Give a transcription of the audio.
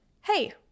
hey